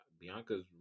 Bianca's